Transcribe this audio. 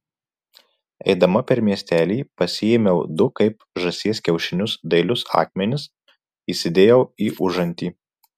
eidama per miestelį pasiėmiau du kaip žąsies kiaušinius dailius akmenis įsidėjau į užantį